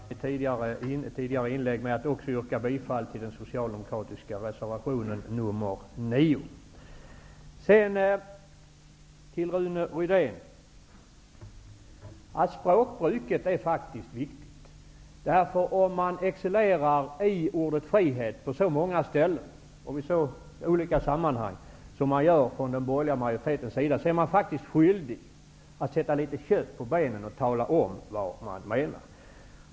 Herr talman! Först skall jag be att få komplettera mitt tidigare inlägg med att yrka bifall till den socialdemokratiska reservationen nr 9. Sedan vänder jag mig till Rune Rydén. Språkbruket är viktigt. Om man excellerar i ordet frihet på så många ställen och i så olika sammanhang som den borgerliga majoriteten gör, är man skyldig att sätta litet kött på benen och tala om vad man menar.